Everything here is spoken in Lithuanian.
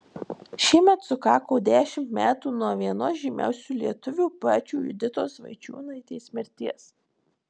šiemet sukako dešimt metų nuo vienos žymiausių lietuvių poečių juditos vaičiūnaitės mirties